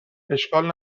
اشکال